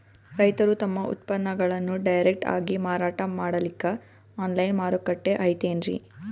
ರೈತರು ತಮ್ಮ ಉತ್ಪನ್ನಗಳನ್ನು ಡೈರೆಕ್ಟ್ ಆಗಿ ಮಾರಾಟ ಮಾಡಲಿಕ್ಕ ಆನ್ಲೈನ್ ಮಾರುಕಟ್ಟೆ ಐತೇನ್ರೀ?